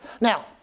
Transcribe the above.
Now